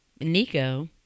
nico